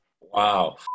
Wow